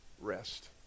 rest